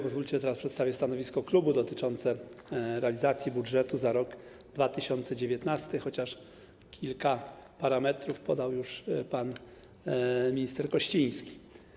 Pozwólcie teraz przedstawić stanowisko klubu dotyczące realizacji budżetu za rok 2019, chociaż kilka parametrów podał już pan minister Kościński.